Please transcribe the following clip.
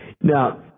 Now